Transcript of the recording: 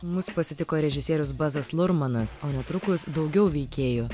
mus pasitiko režisierius bazas lurmanas o netrukus daugiau veikėjų